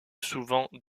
souvent